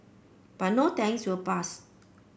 but no thanks we'll pass